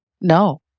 no